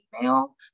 email